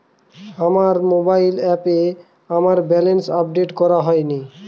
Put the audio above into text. আমার মোবাইল অ্যাপে আমার ব্যালেন্স আপডেট করা হয়নি